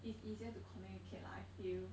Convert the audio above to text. it's easier to communicate lah I feel